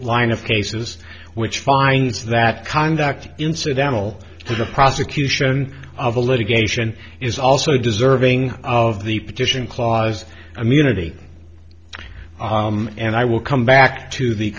line of cases which finds that conduct incidental to the prosecution of the litigation is also deserving of the petition clause immunity and i will come back to the